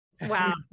wow